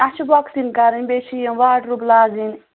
اَسہِ چھِ بۄکسِنٛگ کَرٕنۍ بیٚیہِ چھِ یِم واڈروٗب لاگٕنۍ